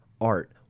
art